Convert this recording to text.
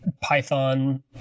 python